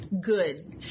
good